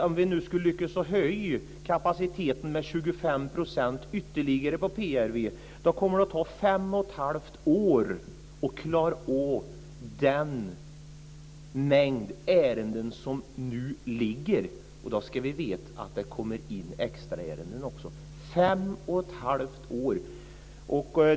Om vi skulle lyckas höja kapaciteten med ytterligare 25 % på PRV kommer det att ta fem och ett halvt år att klara av den mängd ärenden som nu ligger, och då ska vi veta att det också kommer in extraärenden.